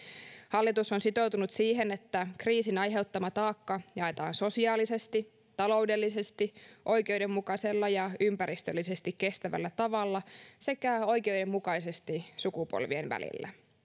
hallitus on sitoutunut siihen että kriisin aiheuttama taakka jaetaan sosiaalisesti taloudellisesti oikeudenmukaisella ja ympäristöllisesti kestävällä tavalla sekä oikeudenmukaisesti sukupolvien välillä